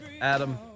Adam